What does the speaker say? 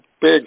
big